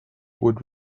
would